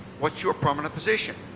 what's you prominent position?